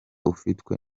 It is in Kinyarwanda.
ufitwe